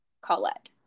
Colette